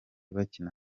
bakina